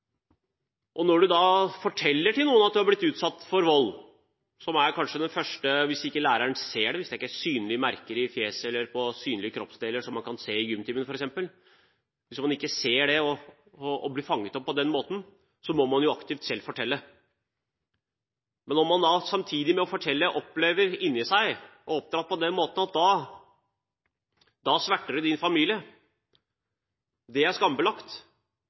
Når man forteller at man har blitt utsatt for vold til noen, som kanskje er den første – hvis ikke læreren ser det, hvis det ikke er synlige merker i fjeset eller på andre synlige kroppsdeler, som man kan se i gymtimen, f.eks., hvis ingen ser det og det ikke blir fanget opp på den måten, må man aktivt selv fortelle. Men når man samtidig med å fortelle, opplever inni seg og er oppdratt på den måten, at man sverter sin familie – dette er skambelagt,